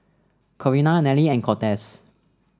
Corina Nelly and Cortez